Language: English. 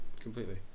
completely